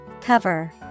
Cover